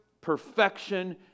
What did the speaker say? perfection